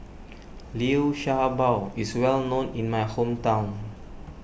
Liu Sha Bao is well known in my hometown